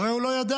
הרי הוא לא ידע.